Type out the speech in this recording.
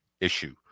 issue